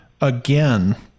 again